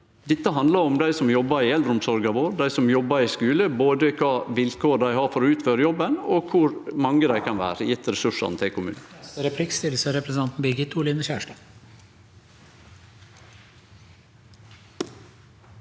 Dette handlar om dei som jobbar i eldreomsorga vår, dei som jobbar i skulen, både kva vilkår dei har for å utføre jobben, og kor mange dei kan vere, alt etter ressursane til kommunen.